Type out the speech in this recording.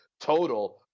total